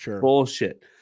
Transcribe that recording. bullshit